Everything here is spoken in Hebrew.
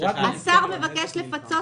בסוף השר מבקש לפצות,